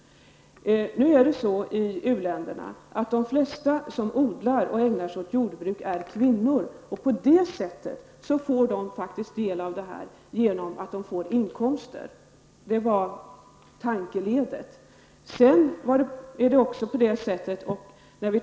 Nu är det så i uländerna att de flesta som ägnar sig åt jordbruk är kvinnor, och på det sättet får de faktiskt del av biståndet genom att de får inkomster. Det var tankegången.